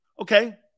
Okay